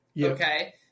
Okay